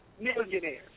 millionaires